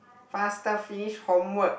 faster finish homework